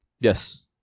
Yes